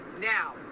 now